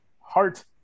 heart